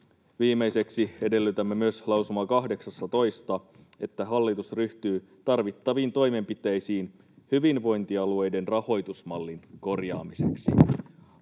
Viimeiseksi, edellytämme myös lausuma 18:ssa, että hallitus ryhtyy tarvittaviin toimenpiteisiin hyvinvointialueiden rahoitusmallin korjaamiseksi.